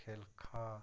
खिलका